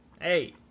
Hey